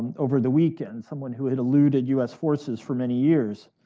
over the weekend, someone who had eluded u s. forces for many years.